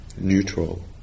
neutral